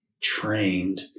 trained